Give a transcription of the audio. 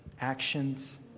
actions